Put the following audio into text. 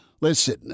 Listen